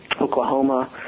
Oklahoma